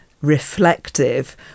reflective